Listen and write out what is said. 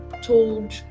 told